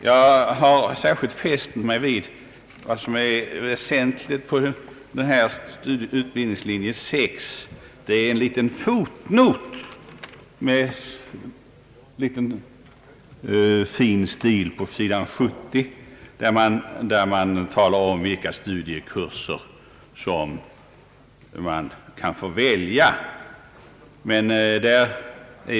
Jag har särskilt fäst mig vid att det väsentliga i fråga om utbildningslinje 6 är en liten finstilt fotnot på sidan 70, där det talas om vilka studiekurser man kan få välja.